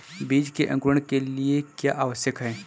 बीज के अंकुरण के लिए क्या आवश्यक है?